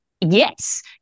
Yes